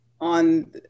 On